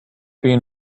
being